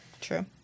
True